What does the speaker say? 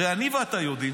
הרי אני ואתה יודעים